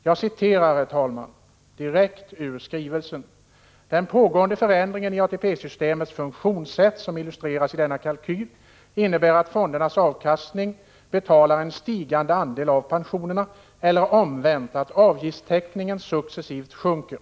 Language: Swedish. Jag citerar, herr talman, direkt ur skrivelsen: ”Den pågående förändringen i ATP-systemets funktionssätt, som illustreras i dessa kalkyler, innebär att fondernas avkastning betalar en stigande andel av pensionerna eller — omvänt att avgiftstäckningen successivt sjunker.